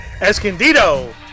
Escondido